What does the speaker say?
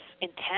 intent